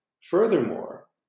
Furthermore